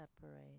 separate